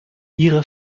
ihrer